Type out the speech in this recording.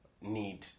need